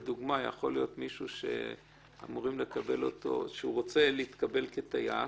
לדוגמה יכול להיות מישהו שרוצה להתקבל כטייס.